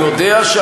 אני יודע,